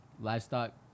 Livestock